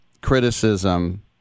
criticism